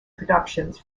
productions